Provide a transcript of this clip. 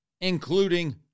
including